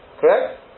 Correct